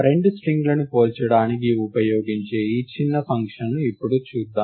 రెండు స్ట్రింగ్లను పోల్చడానికి ఉపయోగించే ఈ చిన్న ఫంక్షన్ను ఇప్పుడు చూద్దాం